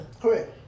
Correct